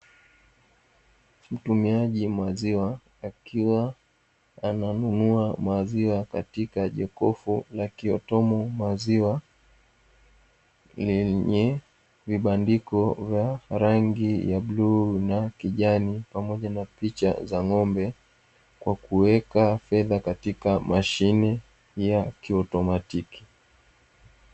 Mtumiaji wa maziwa akiwa ananunua maziwa katika jokofu la "Kitomo maziwa", lenye vibandiko vya rangi ya bluu na kijani, pamoja na picha za ng'ombe, kwa kuweka fedha katika mashine ya kiautomatiki.